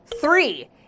three